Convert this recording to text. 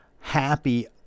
happy